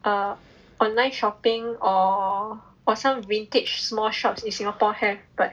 err online shopping or or some vintage small shops in Singapore have but